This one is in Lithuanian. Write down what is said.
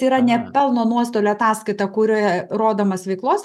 tai yra ne pelno nuostolio ataskaita kur rodomos veiklos